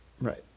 Right